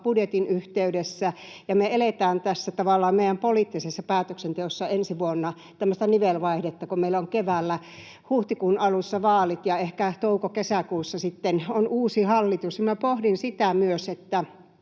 budjetin yhteydessä ja me eletään tässä meidän poliittisessa päätöksenteossa ensi vuonna tavallaan tämmöistä nivelvaihetta, kun meillä on keväällä huhtikuun alussa vaalit ja ehkä touko—kesäkuussa sitten uusi hallitus, niin siinä